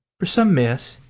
for some miss.